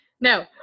No